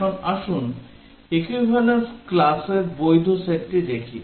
এখন আসুন equivalence classর বৈধ সেটটি দেখি